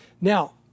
Now